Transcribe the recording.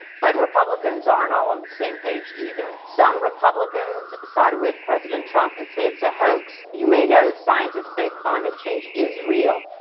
but republicans aren't all on the same page either. some republicans side with president trump and say it's a hoax. you may know scientists say climate change is real.